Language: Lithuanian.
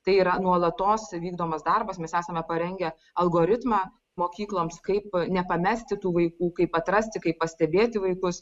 tai yra nuolatos vykdomas darbas mes esame parengę algoritmą mokykloms kaip nepamesti tų vaikų kaip atrasti kaip pastebėti vaikus